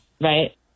right